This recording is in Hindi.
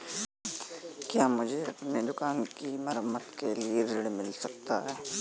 क्या मुझे अपनी दुकान की मरम्मत के लिए ऋण मिल सकता है?